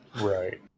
Right